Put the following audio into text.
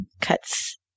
cuts